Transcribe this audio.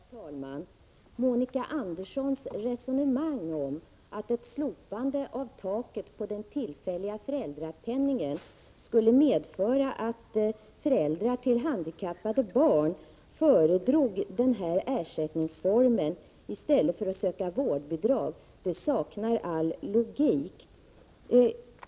Herr talman! Monica Anderssons resonemang om att ett slopande av taket för den tillfälliga föräldrapenningen skulle medföra att föräldrar till handikappade barn föredrog den ersättningsformen i stället för att söka vårdbidrag saknar all logik.